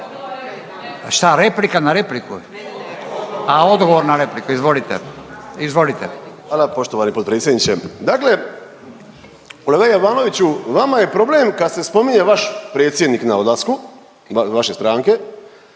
Šta replika na repliku? A odgovor na repliku, izvolite. Izvolite. **Zekanović, Hrvoje (HDS)** Hvala poštovani potpredsjedniče. Dakle, kolega Jovanoviću vama je problem kad se spominje vaš predsjednik na odlasku vaše stranke,